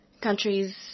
countries